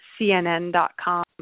cnn.com